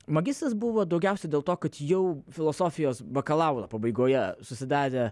magistras buvo daugiausiai dėl to kad jau filosofijos bakalauro pabaigoje susidarė